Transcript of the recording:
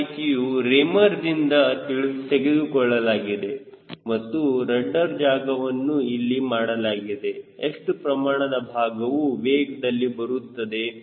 ಈ ಮಾಹಿತಿಯು ರೇಮರ್ ದಿಂದ ತೆಗೆದುಕೊಳ್ಳಲಾಗಿದೆ ಮತ್ತು ರಡ್ಡರ್ ಜಾಗವನ್ನು ಇಲ್ಲಿ ಮಾಡಲಾಗಿದೆ ಎಷ್ಟು ಪ್ರಮಾಣದ ಭಾಗವು ವೇಕ್ದಲ್ಲಿ ಬರುತ್ತಿದೆ